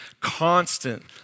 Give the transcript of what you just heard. constant